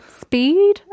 speed